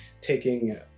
taking